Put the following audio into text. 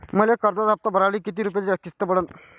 मले कर्जाचा हप्ता भरासाठी किती रूपयाची किस्त पडन?